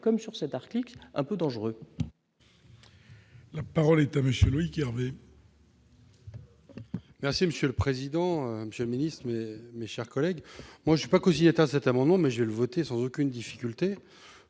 comme sur cet article un peu dangereuse. La parole est à monsieur Loïc Hervé. Merci monsieur le président, Monsieur le Ministre, mais mes chers collègues, moi je crois que GIAT à cet amendement, mais j'ai voter sans aucune difficulté,